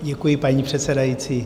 Děkuji, paní předsedající.